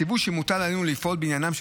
הציווי שמוטל עלינו לפעול בעניינם של